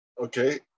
Okay